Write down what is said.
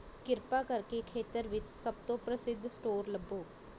ਕਿਰਪਾ ਕਰਕੇ ਖੇਤਰ ਵਿੱਚ ਸਭ ਤੋਂ ਪ੍ਰਸਿੱਧ ਸਟੋਰ ਲੱਭੋ